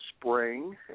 spring